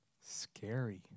Scary